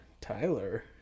Tyler